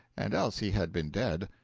and else he had been dead,